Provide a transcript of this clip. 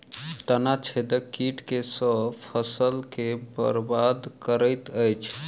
तना छेदक कीट केँ सँ फसल केँ बरबाद करैत अछि?